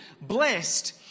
Blessed